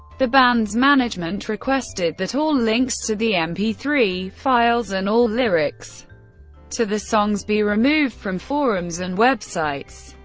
the band's management requested that all links to the m p three files and all lyrics to the songs be removed from forums and websites.